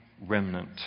remnant